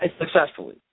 successfully